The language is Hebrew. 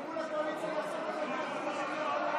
אמרו לקואליציה לעשות בלגן.